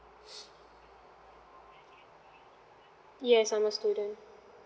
yes I'm a student